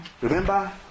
Remember